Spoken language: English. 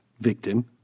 victim